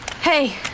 Hey